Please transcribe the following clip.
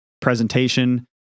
presentation